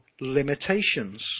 limitations